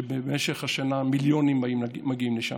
שבמשך השנה מיליונים היו מגיעים לשם.